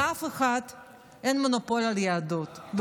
לאף אחד אין מונופול על היהדות,